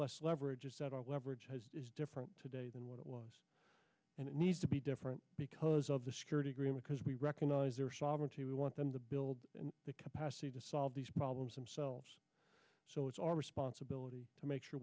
less leverage that our leverage is different today than what it was and it needs to be different because of the security agreement because we recognize their sovereignty we want them to build the capacity to solve these problems themselves so it's our responsibility to make sure